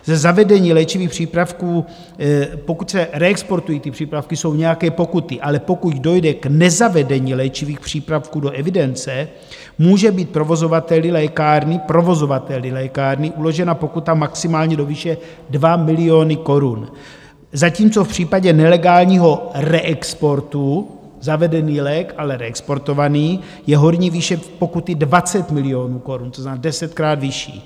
Ze zavedení léčivých přípravků, pokud se reexportují ty přípravky, jsou nějaké pokuty, ale pokud dojde k nezavedení léčivých přípravků do evidence, může být provozovateli lékárny, provozovateli lékárny , uložena pokuta maximálně do výše 2 miliony korun, zatímco v případě nelegálního reexportu zavedený lék, ale reexportovaný, je horní výše pokuty 20 milionů korun, to znamená desetkrát vyšší.